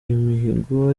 imihigo